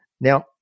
Now